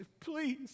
please